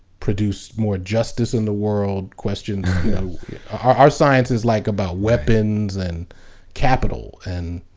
produce more justice in the world, questions our science is like about weapons, and capital, and